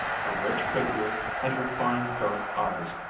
her rich figure and her fine dark eyes,